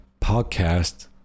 podcast